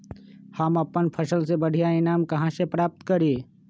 हम अपन फसल से बढ़िया ईनाम कहाँ से प्राप्त करी?